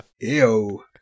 Ew